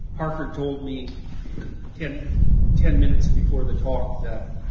parker told me ten minutes before the talk that